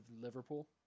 Liverpool